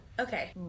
okay